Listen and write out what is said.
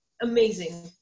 amazing